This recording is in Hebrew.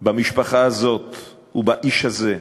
במשפחה הזאת ובאיש הזה.